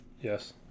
Yes